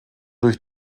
durch